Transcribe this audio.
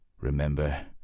Remember